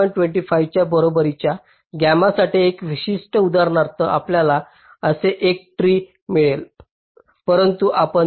25 च्या बरोबरीच्या गॅमासाठी एका विशिष्ट उदाहरणार्थ आपल्याला असे एक ट्री मिळते परंतु आपण 0